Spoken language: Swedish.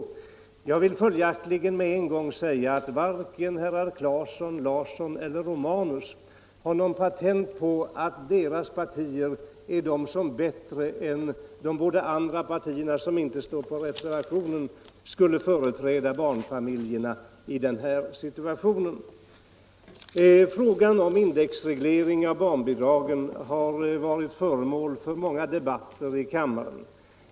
Därför vill jag genast säga att de partier som herr Claeson, herr Larsson i Öskevik och herr Romanus representerar inte har patent på att företräda barnfamiljerna bättre i denna fråga än de båda andra partierna, som inte Frågan om indexreglering av barnbidragen har varit föremål för många debatter i denna kammare.